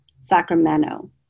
Sacramento